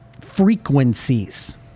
frequencies